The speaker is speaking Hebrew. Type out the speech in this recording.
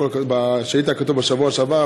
בשאילתה כתוב "בשבוע שעבר",